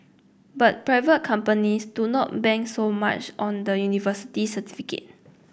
but private companies do not bank so much on the university certificate